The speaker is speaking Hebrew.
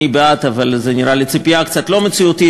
אני בעד, אבל זו נראית לי ציפייה קצת לא מציאותית.